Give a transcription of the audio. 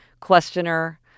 questioner